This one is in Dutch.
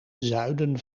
zuiden